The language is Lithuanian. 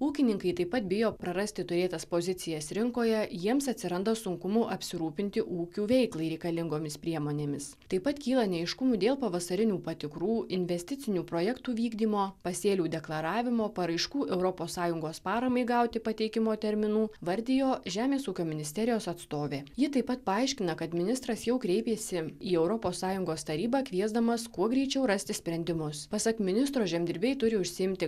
ūkininkai taip pat bijo prarasti turėtas pozicijas rinkoje jiems atsiranda sunkumų apsirūpinti ūkių veiklai reikalingomis priemonėmis taip pat kyla neaiškumų dėl pavasarinių patikrų investicinių projektų vykdymo pasėlių deklaravimo paraiškų europos sąjungos paramai gauti pateikimo terminų vardijo žemės ūkio ministerijos atstovė ji taip pat paaiškina kad ministras jau kreipėsi į europos sąjungos tarybą kviesdamas kuo greičiau rasti sprendimus pasak ministro žemdirbiai turi užsiimti